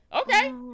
Okay